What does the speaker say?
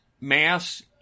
mass